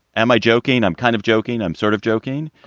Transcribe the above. am i joking? i'm kind of joking. i'm sort of joking.